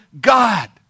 God